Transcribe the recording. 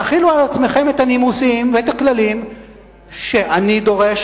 תחילו עליכם את הנימוסים ואת הכללים שאני דורש